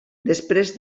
després